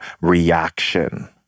reaction